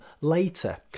later